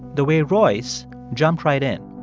the way royce jumped right in.